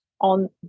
on